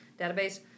database